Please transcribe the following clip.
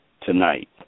Tonight